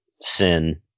sin